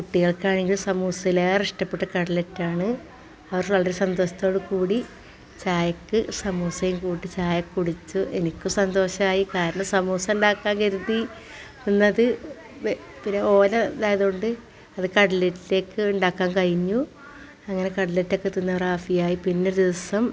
കുട്ടികൾക്കാണെങ്കിലും സമൂസയിലേറെ ഇഷ്ടപ്പെട്ട കട്ലറ്റാണ് അവർ വളരെ സന്തോഷത്തോടുകൂടി ചായക്ക് സമൂസയും കൂട്ടി ചായ കുടിച്ചു എനിക്കും സന്തോഷമായി കാരണം സമൂസ ഉണ്ടാക്കാൻ കരുതി എന്നത് പിന്നെ ഓല ഇതായതുകൊണ്ട് അത് കട്ലെറ്റിലേക്ക് ഉണ്ടാക്കാൻ കഴിഞ്ഞു അങ്ങനെ കട്ലെറ്റൊക്കെ തിന്ന് റാഫിയായി പിന്നോരിസം